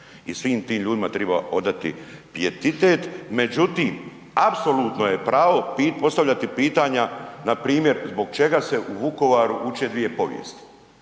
I svim tim ljudima treba odati pijetitet međutim apsolutno je pravo postavljati pitanja npr. Zbog čega se u Vukovaru uče dvije povijesti?